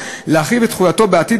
אף שכיום שקיות הנשיאה החד-פעמיות